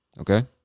okay